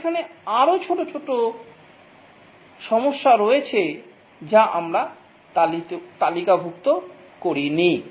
তবে এখানে আরও ছোট ছোট সমস্যা রয়েছে যা আমরা তালিকাভুক্ত করি নি